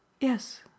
Yes